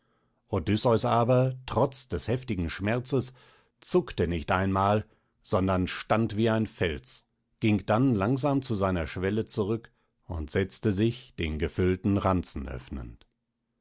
aber trotz des heftigen schmerzes zuckte nicht einmal sondern stand wie ein fels ging dann langsam zu seiner schwelle zurück und setzte sich den gefüllten ranzen öffnend